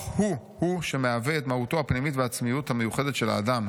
הוא-הוא שמהווה את מהותו הפנימית והעצמיות המיוחדת של האדם.